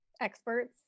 experts